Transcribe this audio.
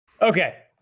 Okay